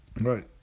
Right